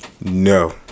No